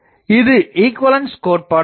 இது ஈகுவலன்ஸ் கோட்பாடு ஆகும்